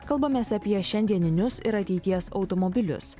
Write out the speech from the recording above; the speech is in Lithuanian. kalbamės apie šiandieninius ir ateities automobilius